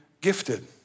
Gifted